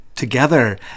Together